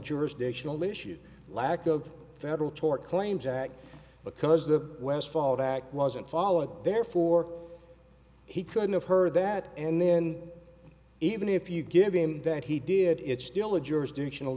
jurisdiction only issue lack of federal tort claims act because the west fallback wasn't followed therefore he couldn't have heard that and then even if you give him that he did it's still a jurisdiction